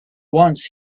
once